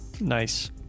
nice